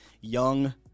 young